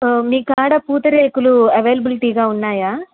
మీ కాడా పూతరేకులు అవైలేబిలిటీగా ఉన్నాయా